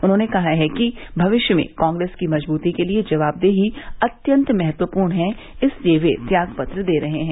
उन्होंने कहा है कि मविष्य में कांग्रेस की मजबूती के लिए जवाबदेही अत्यंत महत्वपूर्ण है इसीलिए वे त्याग पत्र दे रहे हैं